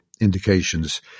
indications